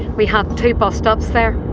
we have two bus stops there.